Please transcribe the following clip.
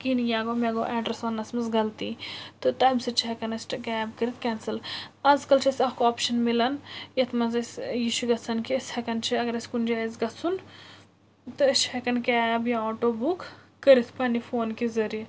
کِہیٖنۍ نہٕ یا گوٚو مےٚ گوٚو ایٚڈرس وننَس منٛز غلطی تہٕ تمہِ سۭتۍ چھِ ہیٚکان اسہِ ٹہٕ کیب کٔرِتھ کیٚنسل آز کَل چھِ اسہِ اَکھ آپشَن میلَن یَتھ منٛز أسۍ ٲں یہِ چھُ گژھن کہِ أسۍ ہیٚکان چھِ اگر اسہِ کُنہِ جایہِ آسہِ گژھُن تہٕ أسۍ چھِ ہیٚکان کیب یا آٹو بُک کٔرِتھ پننہِ فون کہِ ذٔریعہِ